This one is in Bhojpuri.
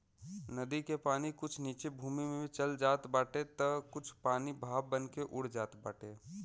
नदी के पानी कुछ नीचे भूमि में चल जात बाटे तअ कुछ पानी भाप बनके उड़ जात बाटे